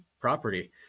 property